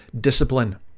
discipline